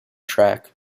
track